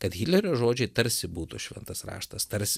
kad hitlerio žodžiai tarsi būtų šventas raštas tarsi